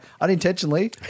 unintentionally